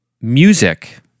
music